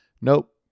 nope